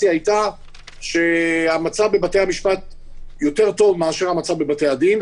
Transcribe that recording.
היתה שהמצב בבתי-המשפט יותר טוב מהמצב בבתי-הדין,